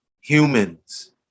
humans